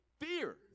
fear